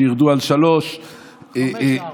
שירדו על 3. חמישה וארבעה.